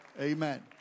Amen